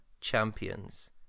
champions